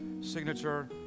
signature